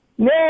No